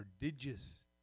prodigious